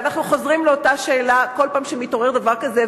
אנחנו חוזרים לאותה שאלה כל פעם שמתעורר דבר כזה,